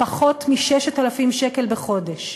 פחות מ-6,000 שקל בחודש.